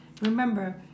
remember